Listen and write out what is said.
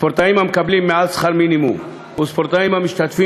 ספורטאים המקבלים מעל שכר מינימום וספורטאים המשתתפים